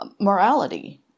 morality